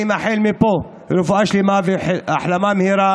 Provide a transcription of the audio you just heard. אני מאחל מפה רפואה שלמה והחלמה מהירה